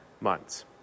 months